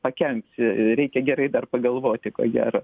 pakenks reikia gerai dar pagalvoti ko gero